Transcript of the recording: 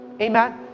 Amen